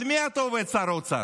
על מי אתה עובד, שר האוצר?